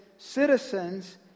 Citizens